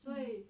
mm